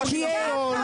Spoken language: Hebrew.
שמענו.